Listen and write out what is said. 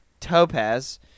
topaz